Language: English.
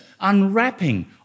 unwrapping